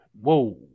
whoa